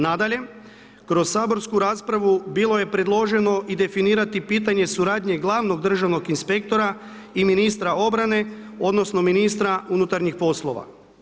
Nadalje, kroz saborsku raspravu bilo je predloženo i definirati pitanje suradnje glavnog državnog inspektora i ministra obrane, odnosno ministra unutarnjih poslova.